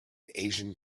asian